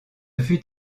fut